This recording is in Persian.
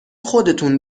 خودتون